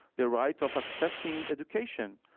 the right of accessing education.